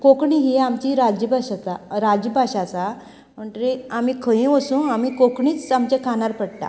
कोंकणी ही आमची राज भास आसा राज्य भास आसा म्हणचकीर आमी खंय वचूं कोंकणीच आमच्या कानार पडटा